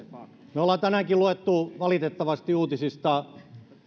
me olemme tänäänkin lukeneet valitettavasti uutisista